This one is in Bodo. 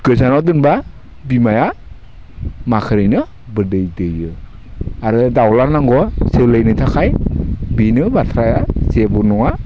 गोजानाव दोनबा बिमाया माखारैनो बिदै दैयो आरो दाउला नांगौ जोलैनि थाखाय बेनो बाथ्राया जेबो नङा